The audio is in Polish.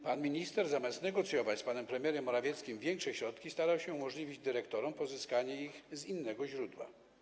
Pan minister, zamiast negocjować z panem premierem Morawieckim większe środki, starał się umożliwić dyrektorom pozyskanie ich z innego źródła.